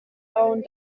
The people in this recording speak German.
bauen